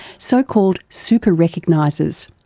so-called super recognisers.